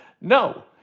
No